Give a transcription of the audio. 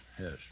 yes